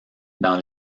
dans